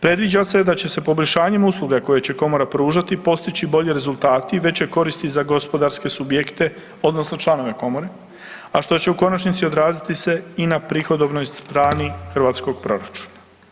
Predviđa se da će se poboljšanjem usluga koje će komora pružati postići bolji rezultati, veće koristi za gospodarske subjekte odnosno članove komore, a što će u konačnici odraziti se i na prihodovnoj strani hrvatskog proračuna.